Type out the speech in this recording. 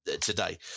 today